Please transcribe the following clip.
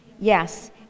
yes